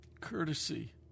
courtesy